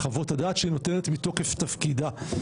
חוות הדעת שהיא נותנת מתוקף תפקידה.